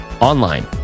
online